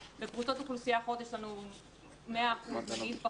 בקבוצות אוכלוסייה אחרות יש לנו 100% נגיד,